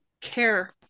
care